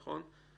נכון?